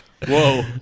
Whoa